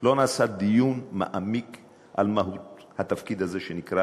לא נעשה דיון מעמיק על מהות התפקיד הזה שנקרא